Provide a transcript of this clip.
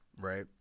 right